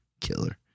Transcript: killer